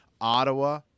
Ottawa